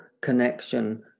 connection